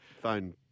phone